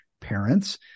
parents